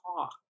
talk